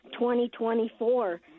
2024